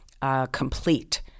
complete